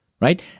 right